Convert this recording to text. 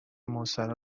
مستراح